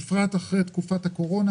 בפרט אחרי תקופת הקורונה,